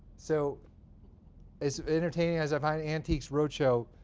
so as entertaining as i find antiques roadshow,